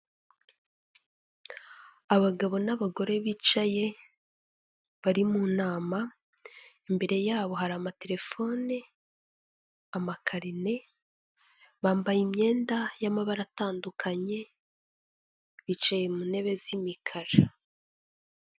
Abagabo n'abagore bicaye bari mu nama, imbere yabo hari amatelefone, amakarine, bambaye imyenda y'amabara atandukanye bicaye mu ntebe z'imikara.